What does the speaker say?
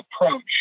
approach